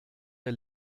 der